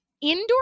indoor